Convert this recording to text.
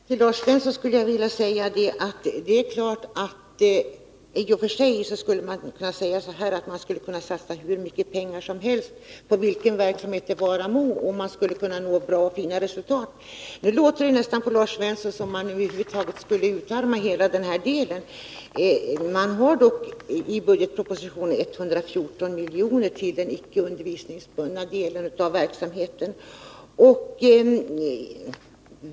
Herr talman! Till Lars Svensson skulle jag vilja säga att det i och för sig är möjligt att satsa hur mycket pengar som helst på vilken verksamhet som helst för att få fina resultat. Det låter på Lars Svensson som om man skulle utarma hela den här delen. Men i budgetpropositionen anslås ändå 114 milj.kr. till den icke undervisningsbundna delen av verksamheten.